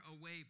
away